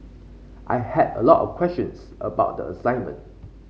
I had a lot of questions about the assignment